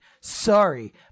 Sorry